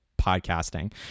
podcasting